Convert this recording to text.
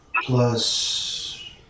Plus